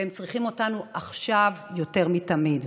והם צריכים אותנו עכשיו יותר מתמיד.